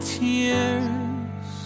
tears